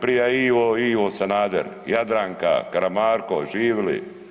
Prije Ivo, Ivo Sanader, Jadranka, Karamarko, živili!